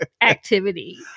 activity